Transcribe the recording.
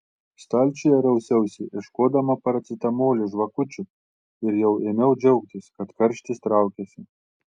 stalčiuje rausiausi ieškodama paracetamolio žvakučių ir jau ėmiau džiaugtis kad karštis traukiasi